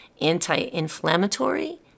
anti-inflammatory